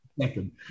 second